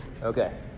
okay